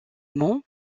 mons